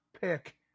pick